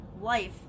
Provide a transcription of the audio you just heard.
life